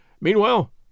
Meanwhile